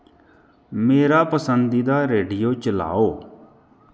मेरा पसंदीदा रेडियो चलाओ